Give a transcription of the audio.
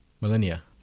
Millennia